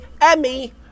Emmy